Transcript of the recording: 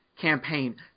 campaign